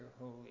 holy